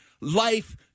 life